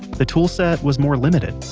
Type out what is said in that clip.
the tool set was more limited,